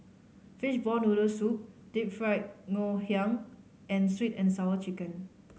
fishball noodle soup Deep Fried Ngoh Hiang and Sweet And Sour Chicken